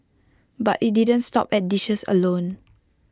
but IT didn't stop at dishes alone